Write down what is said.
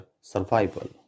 survival